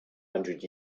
hundred